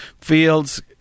Fields